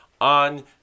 on